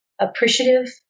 appreciative